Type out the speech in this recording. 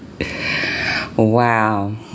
Wow